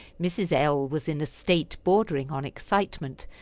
mrs. l. was in a state bordering on excitement,